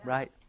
Right